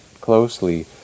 closely